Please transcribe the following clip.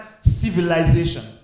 civilization